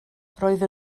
roedd